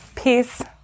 Peace